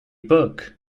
book